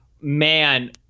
Man